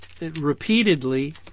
repeatedly